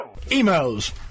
Emails